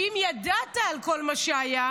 אם ידעת על כל מה שהיה,